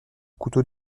couteau